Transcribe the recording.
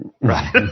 Right